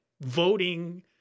voting